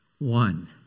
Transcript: One